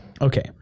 Okay